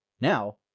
Now